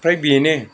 फ्राय बेनो